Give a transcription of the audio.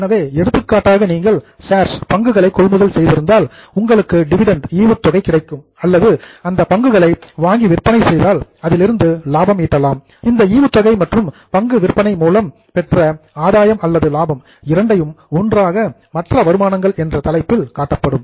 எனவே எடுத்துக்காட்டாக நீங்கள் ஷேர்ஸ் பங்குகளை கொள்முதல் செய்திருந்தால் உங்களுக்கு டிவிடெண்ட் ஈவுத்தொகை கிடைக்கும் அல்லது அந்த பங்குகளை வாங்கி விற்பனை செய்தால் அதிலிருந்து நீங்கள் லாபம் ஈட்டலாம் இந்த ஈவுத்தொகை மற்றும் பங்கு விற்பனை மூலம் பெற்ற கெயின் ஆதாயம் அல்லது லாபம் இரண்டையும் டுகெதர் ஒன்றாக மற்ற வருமானங்கள் என்ற தலைப்பில் காட்டப்படும்